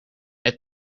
het